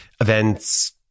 events